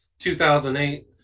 2008